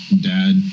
dad